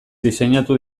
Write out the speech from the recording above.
diseinatu